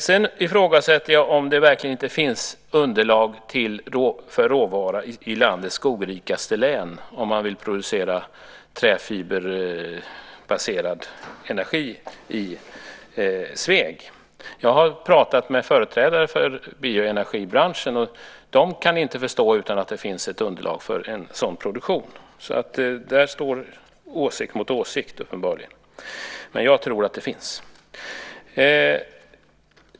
Jag ifrågasätter om det verkligen inte finns underlag för råvara i landets skogrikaste län om man vill producera träfiberbaserad energi i Sveg. Jag har pratat med företrädare för bioenergibranschen, och de kan inte förstå annat än att det finns ett underlag för en sådan produktion. Här står alltså åsikt emot åsikt, uppenbarligen. Men jag tror att det finns!